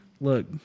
Look